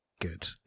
good